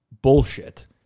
bullshit